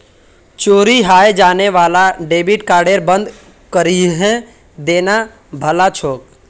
चोरी हाएं जाने वाला डेबिट कार्डक बंद करिहें देना भला छोक